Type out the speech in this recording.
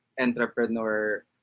entrepreneur